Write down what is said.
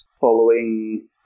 following